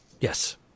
Yes